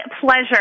pleasure